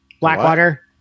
Blackwater